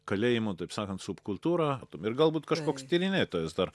kalėjimo taip sakant subkultūra ir galbūt kažkoks tyrinėtojas dar